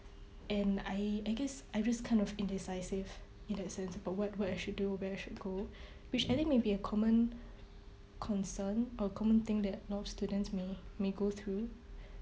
and I I guess I just kind of indecisive in that sense about what what I should do where I should go which I thing may be a common concern or common thing that a lot of students may may go through